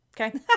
okay